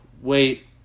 wait